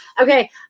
Okay